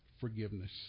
forgiveness